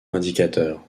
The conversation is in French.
indicateur